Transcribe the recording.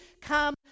come